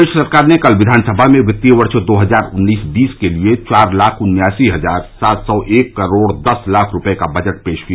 प्रदेश सरकार ने कल विधानसभा में वित्तीय वर्ष दो हज़ार उन्नीस बीस के लिये चार लाख उन्यासी हजार सात सौ एक करोड़ दस लाख रूपये का बजट पेश किया